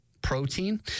Protein